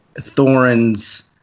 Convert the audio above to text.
Thorin's